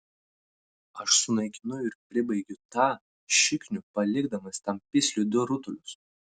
aš sunaikinu ir pribaigiu tą šiknių palikdamas tam pisliui du rutulius